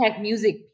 music